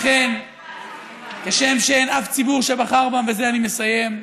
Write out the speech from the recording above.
לכן, כשם שאין אף ציבור שבחר בהם, ובזה אני מסיים,